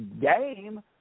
game